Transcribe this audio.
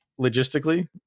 logistically